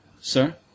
sir